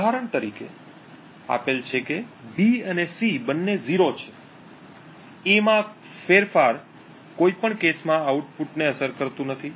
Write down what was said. ઉદાહરણ તરીકે આપેલ છે કે B અને C બંને 0 છે A માં ફેરફાર કોઈપણ કેસમાં આઉટપુટને અસર કરતું નથી